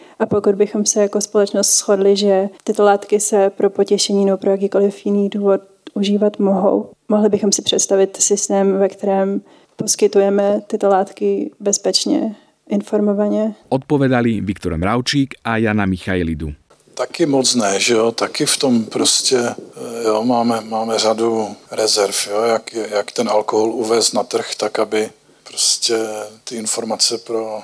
A pokud bychom se jako společnost shodli, že tyto látky se pro potěšení nebo pro jakýkoliv jiný důvod užívat mohou, mohli bychom si představit systém, ve kterém poskytujeme tyto látky bezpečně, informovaně? Odpovědali Viktor Mravčík a Jana Michailidu. Taky moc ne, že jo? Taky v tom prostě, eh, jo, máme- máme řadu rezerv, jo? Jak je- jak ten alkohol uvést na trh, tak aby prostě ty informace pro-